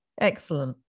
Excellent